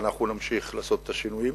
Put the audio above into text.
ואנחנו נמשיך לעשות את השינויים.